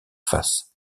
face